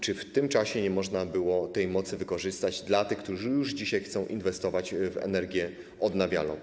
Czy w tym czasie nie można było tej mocy wykorzystać dla tych, którzy już dzisiaj chcą inwestować w energię odnawialną?